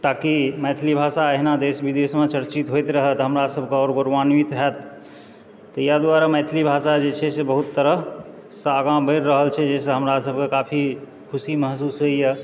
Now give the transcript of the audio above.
ताकि मैथिली भाषा अहिना देश विदेशमे चर्चित होयत रहए तऽ हमरा सबकेँ आओर गौरवान्वित हैत तऽ इएह दुआरे मैथिली भाषा जे छै से बहुत तरहसँ आगाँ बढ़ि रहल छै जाहिसँ हमरा सबकेँ काफी खुशी महसूस होइए